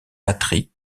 batterie